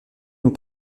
nous